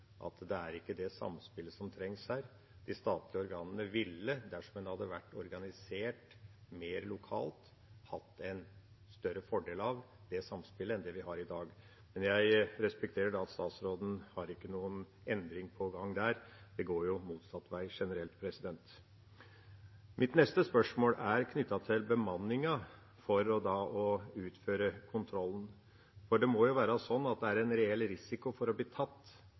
at det ikke er det samspillet som trengs her. De statlige organene ville dersom de hadde vært organisert mer lokalt, hatt en større fordel av det samspillet enn det vi har i dag. Jeg respekterer at statsråden ikke har noen endring på gang der. Det går jo motsatt vei generelt. Mitt neste spørsmål er knyttet til bemanningen for å utføre kontrollen. Det må jo være sånn at det er en reell risiko for å bli tatt,